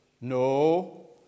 no